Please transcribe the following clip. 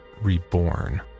reborn